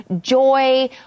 joy